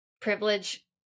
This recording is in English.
privilege